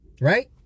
Right